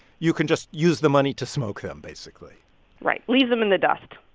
you can just use the money to smoke them, basically right. leave them in the dust